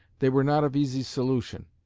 they were not of easy solution,